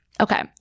Okay